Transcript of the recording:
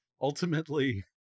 ultimately